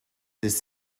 this